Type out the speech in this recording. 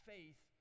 Faith